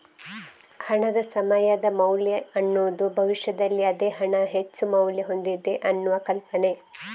ಹಣದ ಸಮಯದ ಮೌಲ್ಯ ಅನ್ನುದು ಭವಿಷ್ಯದಲ್ಲಿ ಅದೇ ಹಣ ಹೆಚ್ಚು ಮೌಲ್ಯ ಹೊಂದಿದೆ ಅನ್ನುವ ಕಲ್ಪನೆ